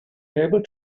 able